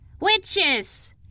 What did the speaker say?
Witches